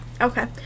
Okay